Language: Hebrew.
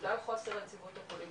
בגלל חוסר היציבות הפוליטית,